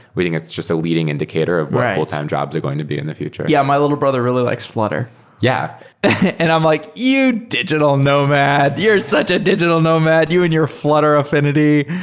we think it's just a leading indicator of what full-time jobs are going to be in the future yeah. my little brother really likes flutter yeah and i'm like, you digital nomad. you're such a digital nomad. you and your flutter affi nity,